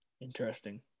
Interesting